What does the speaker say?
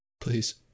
Please